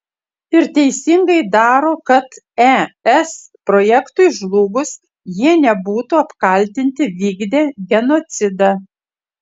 ir teisingai daro kad es projektui žlugus jie nebūtų apkaltinti vykdę genocidą